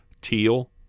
teal